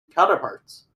counterparts